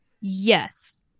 Yes